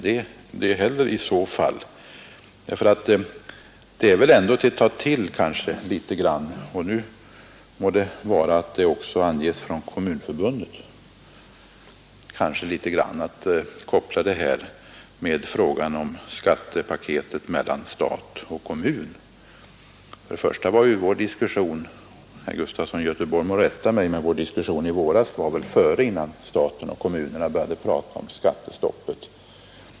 Det är väl ändå att ta till litet — låt vara att det nu anges också från Kommunförbundet att sammankoppla detta ämne med frågan om skattepaketet mellan stat och kommun. För det första skedde vår diskussion i våras — herr Gustafson i Göteborg får rätta mig om jag har fel — innan staten och kommunerna började resonera om skattestoppet.